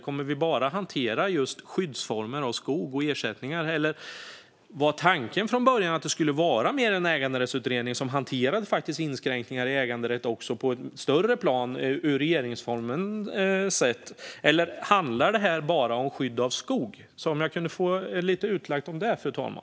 Kommer vi bara att hantera just former för skydd av skog och ersättningar? Eller var tanken från början att det skulle vara mer en äganderättsutredning som hanterar inskränkningar i äganderätt också på ett större plan? Eller handlar detta bara om skydd av skog? Jag undrar om jag kan få höra lite mer om det, fru talman.